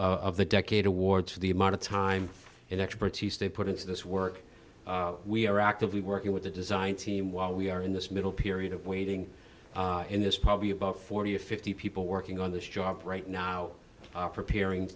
of the decade award to the amount of time and expertise they put into this work we are actively working with the design team while we are in this middle period of waiting in this probably about forty or fifty people working on this job right now preparing